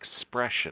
expression